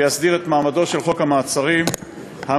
ויסדיר את מעמדו של חוק המעצרים המינהליים.